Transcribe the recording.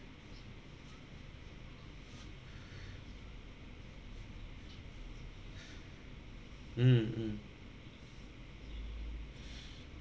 mm mm